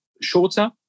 shorter